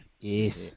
Yes